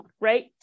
right